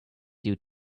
stew